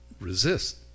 resist